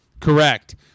Correct